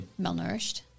malnourished